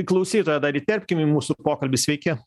klausytoją dar įterpkim į mūsų pokalbį sveiki